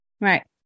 Right